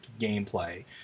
gameplay